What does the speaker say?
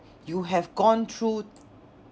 you have gone through